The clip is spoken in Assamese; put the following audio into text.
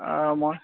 মই